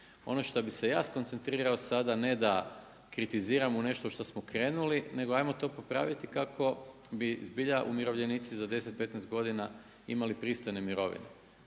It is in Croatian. Ono šta bi se ja skoncentrirao sada, ne da kritiziram u nešto što smo krenuli, nego ajmo to popraviti kako bi zbilja umirovljenici za 10, 15 godina imali pristojne mirovine.